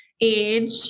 age